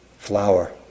Flower